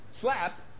Slap